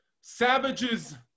Savage's